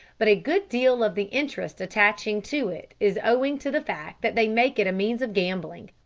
but a good deal of the interest attaching to it is owing to the fact that they make it a means of gambling.